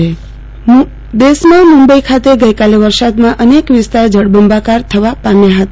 આરતીબેન ભદ્દ વરસાદ દેશમાં મુંબઈ ખાતે ગઈકાલે વરસાદમાં અનેક વિસ્તાર જળબંબાકાર થવા પામ્યા હતા